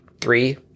three